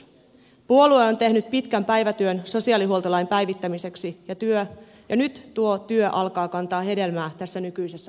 puolue on tehnyt pitkän päivätyön sosiaalihuoltolain päivittämiseksi ja nyt tuo työ alkaa kantaa hedelmää tässä nykyisessä hallituksessa